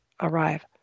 arrive